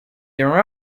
their